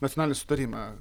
nacionalinį sutarimą